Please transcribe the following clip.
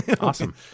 Awesome